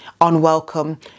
unwelcome